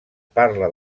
parla